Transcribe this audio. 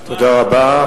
תודה רבה.